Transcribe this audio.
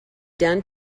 done